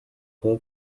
kuba